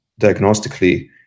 diagnostically